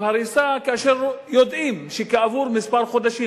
הריסה כאשר יודעים שכעבור כמה חודשים,